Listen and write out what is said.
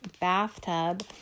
bathtub